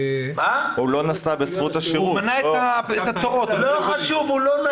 לא חשוב.